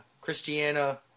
Christiana